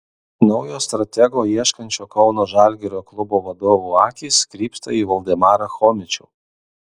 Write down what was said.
naujo stratego ieškančio kauno žalgirio klubo vadovų akys krypsta į valdemarą chomičių